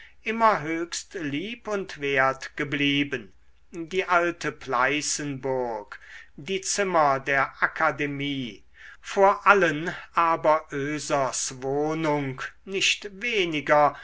immer höchst lieb und wert geblieben die alte pleißenburg die zimmer der akademie vor allen aber oesers wohnung nicht weniger